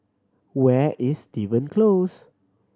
where is Steven Close